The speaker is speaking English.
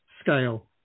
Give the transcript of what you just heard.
scale